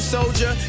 Soldier